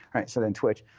so then twitch